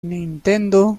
nintendo